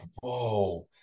whoa